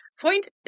Point